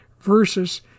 versus